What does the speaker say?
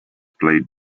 played